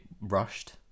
rushed